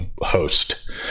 host